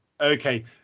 Okay